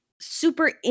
super